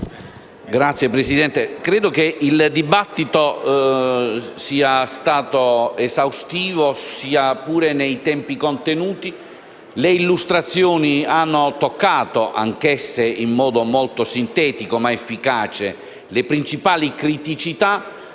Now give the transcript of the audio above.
Signor Presidente, credo che il dibattito sia stato esaustivo, sia pure nei tempi contenuti. Le illustrazioni hanno toccato anch'esse in modo molto sintetico, ma efficace, le principali criticità;